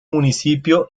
municipio